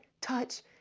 touch